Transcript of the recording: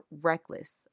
reckless